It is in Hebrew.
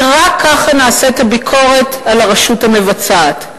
כי רק ככה נעשית הביקורת על הרשות המבצעת.